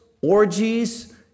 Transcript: orgies